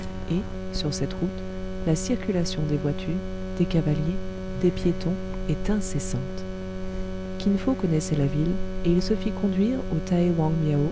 et sur cette route la circulation des voitures des cavaliers des piétons est incessante kin fo connaissait la ville et il se fit conduire au